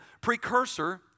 precursor